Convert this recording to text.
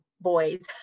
boys